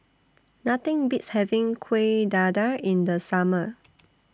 Nothing Beats having Kueh Dadar in The Summer